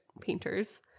painters